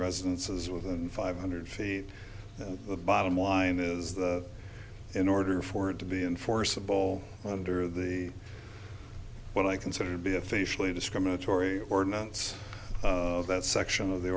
residences with and five hundred feet and the bottom line is that in order for it to be enforceable under the what i consider to be officially discriminatory ordinance of that section of the